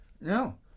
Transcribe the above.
No